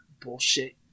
bullshit